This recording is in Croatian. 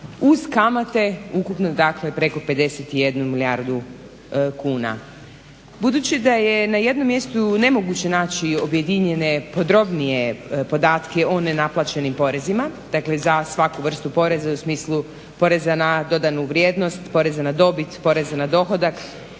uz kamate ukupno dakle preko 51 milijardu kuna. Budući da je na jednom mjestu nemoguće naći objedinjene, podrobnije podatke o nenaplaćenim porezima, dakle za svaku vrstu poreza i u smislu poreza na dodanu vrijednost, poreza na dobit, poreza na dohodak